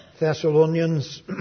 Thessalonians